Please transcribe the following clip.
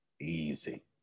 easy